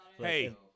Hey